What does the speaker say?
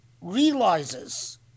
realizes